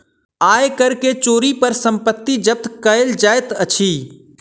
आय कर के चोरी पर संपत्ति जब्त कएल जाइत अछि